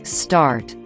start